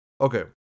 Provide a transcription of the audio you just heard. okay